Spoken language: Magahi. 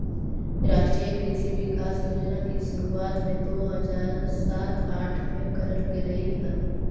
राष्ट्रीय कृषि विकास योजना की शुरुआत दो हज़ार सात आठ में करल गेलइ हल